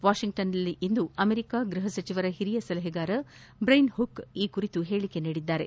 ವಾಷಿಂಗ್ಲನ್ನಲ್ಲಿಂದು America ಗೃಹಸಚಿವರ ಹಿರಿಯ ಸಲಹೆಗಾರ ಬ್ರೈನ್ ಹುಕ್ ಈ ಬಗ್ಗೆ ಹೇಳಿಕೆ ನೀಡಿದ್ದಾರೆ